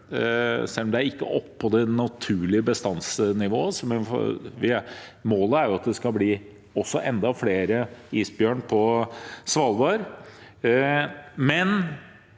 selv om den ikke er oppe på det naturlige bestandsnivået. Målet er at det skal bli enda flere isbjørner på Svalbard.